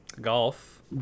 Golf